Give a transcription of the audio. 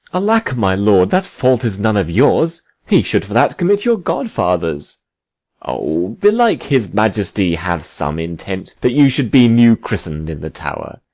alack, my lord, that fault is none of yours he should, for that, commit your godfathers o, belike his majesty hath some intent that you should be new-christen'd in the tower.